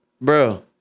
Bro